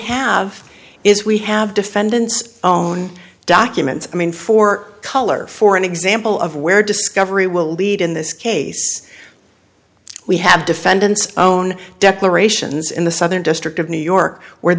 have is we have defendants own documents i mean for color for an example of where discovery will lead in this case we have defendants own declarations in the southern district of new york where